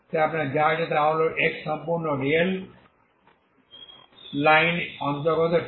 তাই আপনার যা আছে তা হল x সম্পূর্ণ রিয়েল লাইনের অন্তর্গত t0